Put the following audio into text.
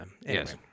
yes